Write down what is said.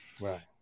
Right